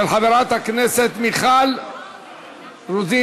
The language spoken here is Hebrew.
של חברת הכנסת מיכל רוזין.